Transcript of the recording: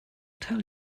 tell